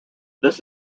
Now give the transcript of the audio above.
this